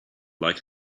like